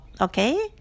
okay